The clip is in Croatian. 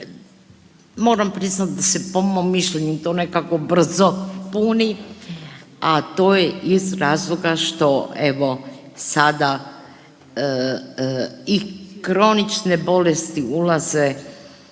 Moram priznat da se po mom mišljenju to nekako brzo puni, a to je iz razloga što evo sada i kronične bolesti ulaze